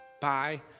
Bye